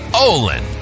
Olin